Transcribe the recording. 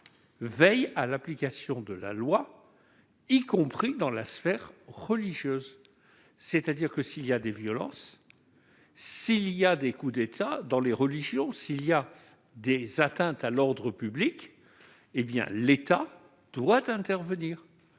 veille à l'application de la loi, y compris dans la sphère religieuse. S'il y a des violences, s'il y a des coups d'État dans les religions, s'il y a des atteintes à l'ordre public, l'État doit intervenir.